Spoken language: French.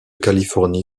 californie